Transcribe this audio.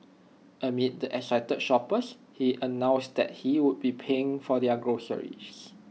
amid the excited shoppers he announced that he would be paying for their groceries